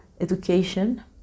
education